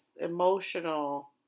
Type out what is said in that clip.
emotional